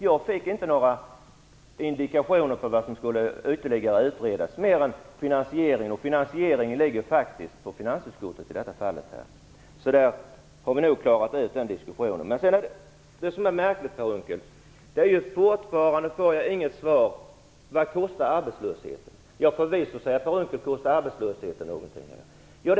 Jag fick inte några indikationer på vad som skulle utredas ytterligare, mer än finansieringen. Finansieringen ligger i detta fall faktiskt på finansutskottet. Den diskussionen har vi nog klarat ut. Det som är märkligt är att jag fortfarande inte får något svar från Per Unckel om vad arbetslösheten kostar. Förvisso kostar arbetslösheten, säger Per Unckel.